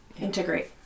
integrate